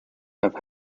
have